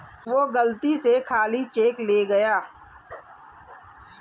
वो गलती से खाली चेक ले गया